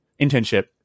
Internship